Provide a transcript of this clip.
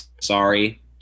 sorry